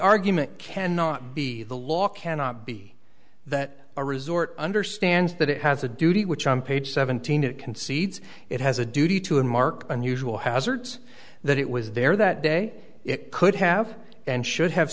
argument cannot be the law cannot be that a resort understands that it has a duty which on page seventeen it concedes it has a duty to and mark unusual hazards that it was there that day it could have and should have